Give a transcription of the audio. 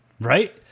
Right